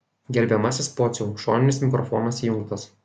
gerbiamasis pociau šoninis mikrofonas įjungtas